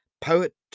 Poet